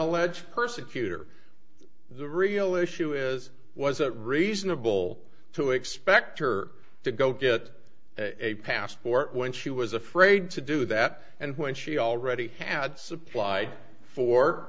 alleged persecutor the real issue is was it reasonable to expect her to go get a passport when she was afraid to do that and when she already had supplied for